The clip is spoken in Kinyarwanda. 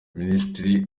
minisitiri